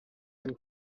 and